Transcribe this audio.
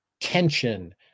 tension